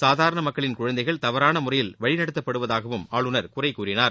சாதாரண மக்களின் குழந்தைகள் தவறான முறையில் வழிநடத்தப்படுவதாக ஆளுநர் குறைகூறினார்